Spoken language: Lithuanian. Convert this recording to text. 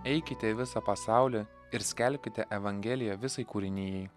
eikite į visą pasaulį ir skelbkite evangeliją visai kūrinijai